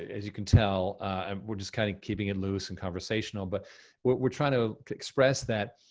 as you can tell, um we're just kinda keeping it loose and conversational, but we're trying to express that,